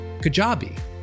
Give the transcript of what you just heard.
kajabi